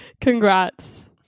congrats